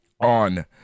on